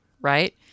right